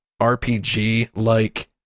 RPG-like